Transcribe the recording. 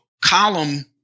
column